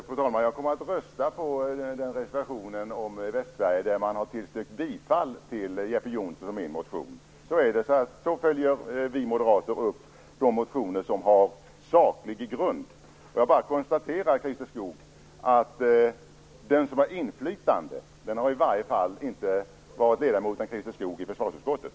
Fru talman! Jag kommer att rösta på reservationen om Västsverige där man har tillstyrkt bifall till Jeppe Johnssons och min motion. Så är det. Så följer vi moderater upp de motioner som har saklig grund. Jag kan bara konstatera att den som har haft inflytande inte har varit ledamoten Christer Skoog i försvarsutskottet.